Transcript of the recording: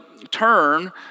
turn